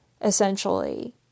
essentially